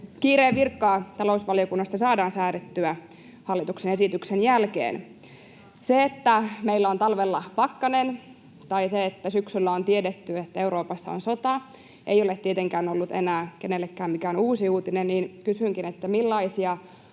kiireen vilkkaa talousvaliokunnasta saadaan säädettyä hallituksen esityksen jälkeen. Se, että meillä on talvella pakkanen tai että syksyllä on tiedetty, että Euroopassa on sota, ei ole tietenkään ollut enää kenellekään mikään uusi uutinen, joten kysynkin: millaisia